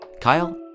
Kyle